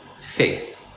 faith